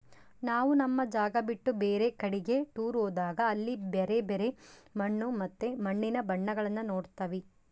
ನಾವು ನಮ್ಮ ಜಾಗ ಬಿಟ್ಟು ಬೇರೆ ಕಡಿಗೆ ಟೂರ್ ಹೋದಾಗ ಅಲ್ಲಿ ಬ್ಯರೆ ಬ್ಯರೆ ಮಣ್ಣು ಮತ್ತೆ ಮಣ್ಣಿನ ಬಣ್ಣಗಳನ್ನ ನೋಡ್ತವಿ